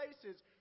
places